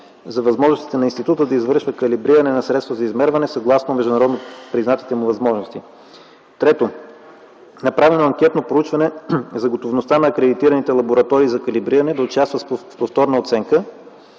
за възможностите на института да извършва калибриране на средства за измерване съгласно международно признатите му възможности. Трето, направено е анкетно проучване за готовността на акредитираните лаборатории за калибриране да участват с повторна оценка.